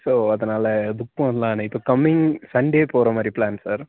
so அதனால் book பண்ணலான்னு இப்போ கம்மிங் சண்டே போகிற மாதிரி ப்ளான் சார்